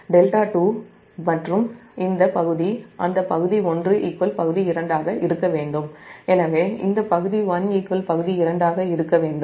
δ2 மற்றும் இந்த பகுதி 1 பகுதி 2 ஆக இருக்க வேண்டும்